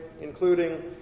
including